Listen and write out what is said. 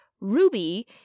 ruby